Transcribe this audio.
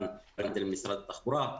הנדל ממשרד התחבורה.